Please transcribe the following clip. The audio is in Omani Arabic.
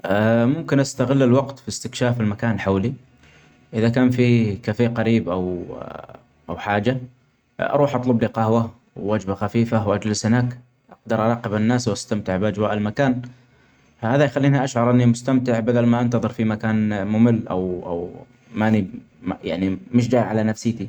أأ ممكن أستغل الوقت في إستكشاف المكان حولي إذا كان في كافيه قريب أو أو حاجة أروح أطلبلي قهوة ووجبة خفيفة ، وأجلس هناك أقدر أراقب الناس وأستمتع بأجواء المكان. هدا يخليني أشعر إني مستمتع بدل ما أنتظر في مكان ممل أو -أو ماني يعني مش جاي علي نفسيتي.